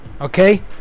okay